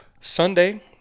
Sunday